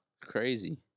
Crazy